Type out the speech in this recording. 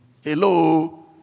Hello